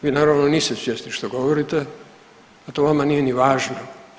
Vi naravno niste svjesni što govorite, a to vama nije ni važno.